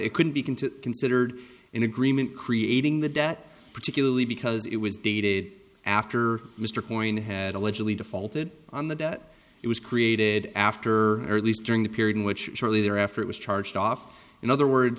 it couldn't be can to considered an agreement creating the debt particularly because it was dated after mr coyne had allegedly defaulted on the debt it was created after or at least during the period in which shortly thereafter it was charged off in other words